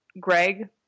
Greg